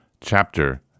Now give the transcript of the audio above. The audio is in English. Chapter